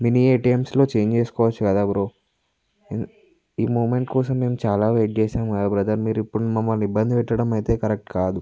mini ఏటీఎమ్స్లో change చేసుకోవచ్చు కదా బ్రో ఇం ఈ మూమెంట్ కోసం మేము చాలా వెయిట్ చేసాము కదా బ్రదర్ మీరిప్పుడు మమ్మల్ని ఇబ్బంది పెట్టడమయితే కరక్ట్ కాదు